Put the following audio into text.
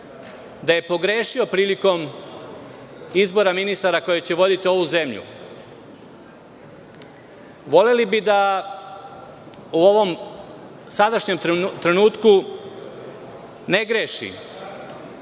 da je pogrešio prilikom izbora ministara koji će voditi ovu zemlju. Voleli bi da u ovom sadašnjem trenutku ne greši